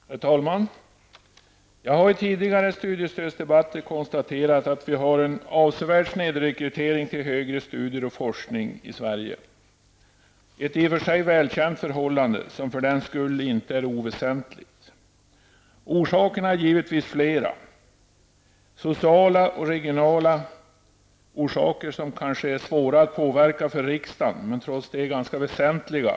Herr talman! Jag har i tidigare studiestödsdebatter konstaterat att vi har en avsevärd snedrekrytering till högre studier och forskning i Sverige. Det är ett i och för sig välkänt förhållande som för den sakens skull inte är oväsentlig. Orsakerna är givetvis flera. Det kan vara sociala och regionala skäl, som kan vara svåra för riksdagen att påverka. Trots det är de ganska väsentliga.